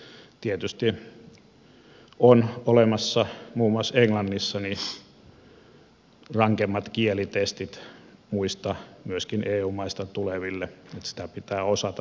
tietysti on olemassa muun muassa englannissa rankemmat kielitestit muista myöskin eu maista tuleville että pitää osata sitä kieltä